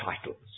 titles